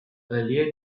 earlier